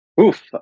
Oof